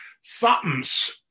Something's